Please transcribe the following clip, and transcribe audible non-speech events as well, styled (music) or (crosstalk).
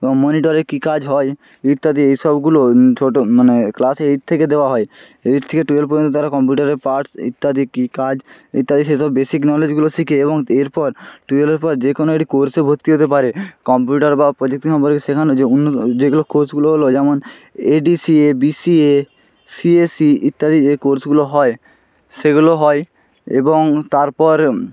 এবং মনিটরে কী কাজ হয় ইত্যাদি এইসবগুলো ছোটো মানে ক্লাস এইট থেকে দেওয়া হয় এইট থেকে টুয়েলভ পর্যন্ত তারা কম্পিউটারের পার্টস ইত্যাদি কী কাজ ইত্যাদি সেসব বেসিক নলেজগুলো শিখে এবং এরপর টুয়েলভের পর যে কোনও একটি কোর্সে ভর্তি হতে পারে কম্পিউটার বা (unintelligible) সেখানে যে উন্নত যেগুলো কোর্সগুলো হল যেমন এডিসিএ বিসিএ সিএসসি ইত্যাদি এই কোর্সগুলো হয় সেগুলো হয় এবং তারপর